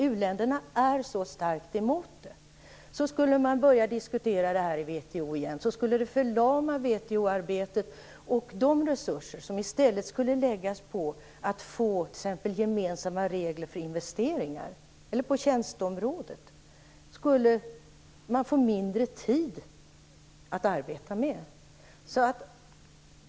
U länderna är så starkt emot detta att skulle det bli en sådan diskussion i WTO igen, skulle det förlama de resurser som i stället kan läggas på arbetet för att få till stånd gemensamma regler för investeringar och för tjänsteområdet.